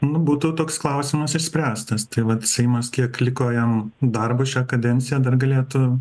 nu būtų toks klausimas išspręstas tai vat seimas kiek liko jam darbo šioj kadencijoj dar galėtų